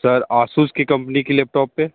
sir Asus की company के laptop पे